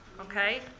okay